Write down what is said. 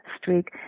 streak